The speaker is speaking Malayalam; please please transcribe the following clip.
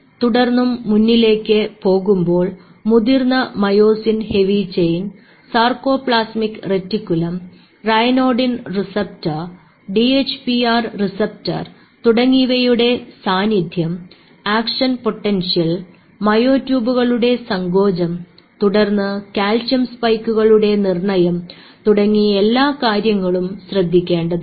തുടർന്നും മുന്നിലേക്ക് പോകുമ്പോൾ മുതിർന്ന myosin heavy chain sarcoplasmic reticulum ryanodine receptor DHPR receptor തുടങ്ങിയവയുടെ സാന്നിധ്യം ആക്ഷൻ പൊട്ടൻഷ്യൽ മയോ ട്യൂബുകളുടെ സങ്കോചം തുടർന്ന് കാൽസ്യം സ്പൈക്കുകളുടെ നിർണയം തുടങ്ങി എല്ലാ കാര്യങ്ങളും ശ്രദ്ധിക്കേണ്ടതുണ്ട്